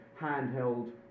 handheld